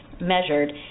measured